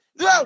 no